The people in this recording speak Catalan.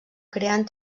creant